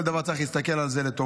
על כל דבר צריך להסתכל לטובה.